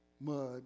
mud